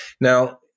Now